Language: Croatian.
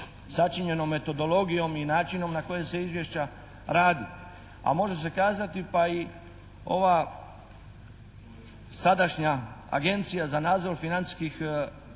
sačinjeno metodologijom i načinom na koji se izvješće radi, a može se kazati pa i ova sadašnja Agencija za nadzor financijskih usluga